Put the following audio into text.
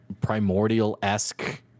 primordial-esque